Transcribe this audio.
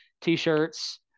t-shirts